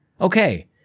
okay